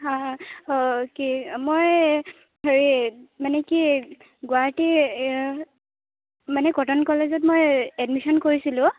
কি মই হেৰি মানে কি গুৱাহাটীৰ মানে কটন কলেজত মই এডমিচন কৰিছিলোঁ